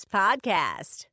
podcast